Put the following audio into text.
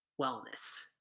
wellness